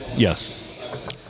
Yes